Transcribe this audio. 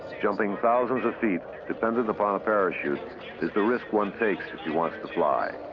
jumping thousands of feet dependent upon a parachute is the risk one takes if he wants to fly.